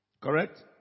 Correct